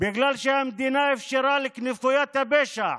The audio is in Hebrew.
בגלל שהמדינה אפשרה לכנופיות הפשע,